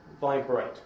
vibrate